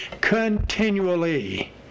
continually